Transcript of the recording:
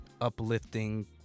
Uplifting